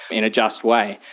in a just way.